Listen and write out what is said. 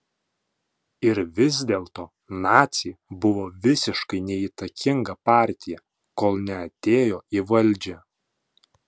ir vis dėlto naciai buvo visiškai neįtakinga partija kol neatėjo į valdžią